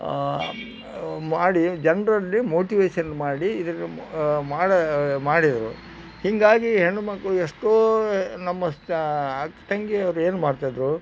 ಮಾಡಿ ಜನರಲ್ಲಿ ಮೋಟಿವೇಶನ್ ಮಾಡಿ ಇದರ ಮಾಡ ಮಾಡಿದರು ಹೀಗಾಗಿ ಹೆಣ್ಣು ಮಕ್ಕಳು ಎಷ್ಟೋ ನಮ್ಮಸ್ತ ಅಕ್ಕ ತಂಗಿಯರು ಏನು ಮಾಡ್ತಿದ್ದರು